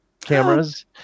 cameras